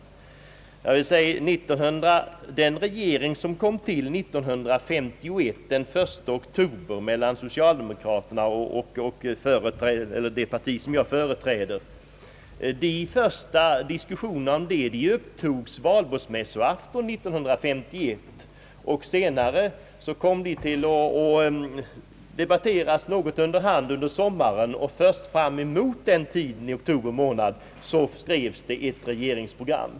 De första diskussionerna om den regering som kom till den 1 oktober 1951 mellan socialdemokraterna och det parti som jag företräder upptogs valborgsmässoaftonen 1951. Sedan fortsatte debatten underhand sommaren samma år. Först när man började närma sig oktober månad skrevs ett regeringsprogram.